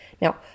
Now